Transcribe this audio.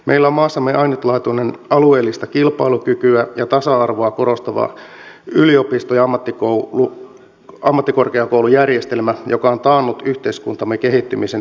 meillä on maassamme ainutlaatuinen alueellista kilpailukykyä ja tasa arvoa korostava yliopisto ja ammattikorkeakoulujärjestelmä joka on taannut yhteiskuntamme kehittymisen kaikkialla suomessa